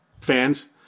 fans